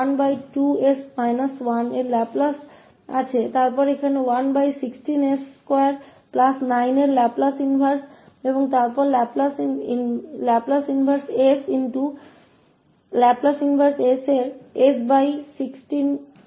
हमारे पास 12s 3 का लाप्लास है फिर यहां 116s29 का लाप्लास प्रतिलोम है और फिर यहां s16s29 का लाप्लास प्रतिलोम है